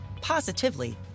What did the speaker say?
positively